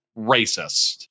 racist